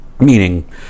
meaning